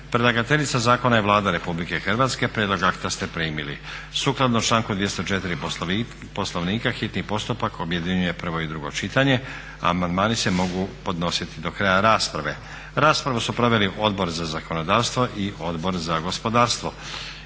Predlagateljica zakona je Vlada Republike Hrvatske. Prijedlog akta ste primili. Sukladno članku 204. Poslovnika hitni postupak objedinjuje prvo i drugo čitanje. Amandmani se mogu podnositi do kraja rasprave. Raspravu su proveli Odbor za zakonodavstvo i Odbor za gospodarstvo.